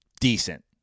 decent